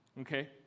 okay